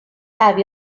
have